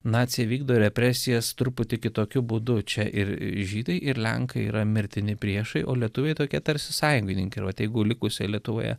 naciai vykdo represijas truputį kitokiu būdu čia ir žydai ir lenkai yra mirtini priešai o lietuviai tokie tarsi sąjungininkai ir vat jeigu likusioj lietuvoje